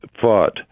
fought